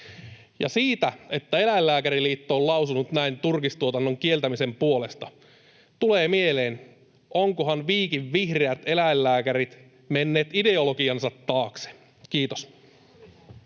siitä, että Eläinlääkäriliitto on lausunut näin turkistuotannon kieltämisen puolesta, tulee mieleen, että ovatkohan Viikin vihreät eläinlääkärit menneet ideologiansa taakse. — Kiitos.